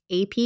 AP